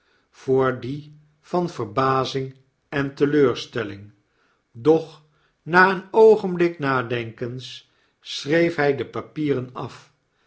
voor die van verbazing en teleurstelling doch na een oogenblik nadenkens schreef hy de papieren af